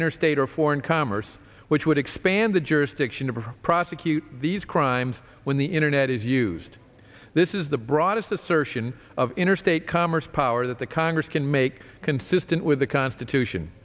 interstate or foreign commerce which would expand the jurisdiction of or prosecute these crimes when the internet is used this is the broadest assertion of interstate commerce power that the congress can make consistent with the constitution